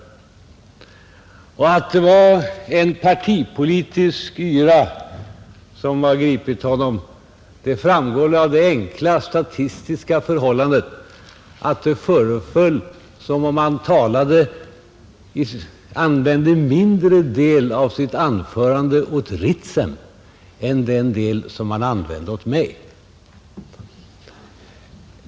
Att det var en partipolitisk yra som gripit honom framgår av det enkla statistiska förhållandet att det föreföll som om han ägnade en mindre del av sitt anförande åt Ritsem än den del som han ägnade åt mig.